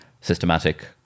systematic